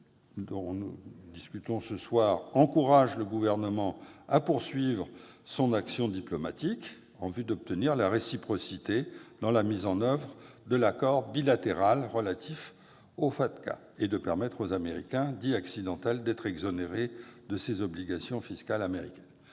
que nous examinons vise à encourager le Gouvernement à poursuivre son action diplomatique en vue d'obtenir la réciprocité dans la mise en oeuvre de l'accord bilatéral relatif au FATCA et de permettre aux « Américains accidentels » d'être exonérés de ces obligations fiscales américaines.